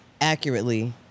accurately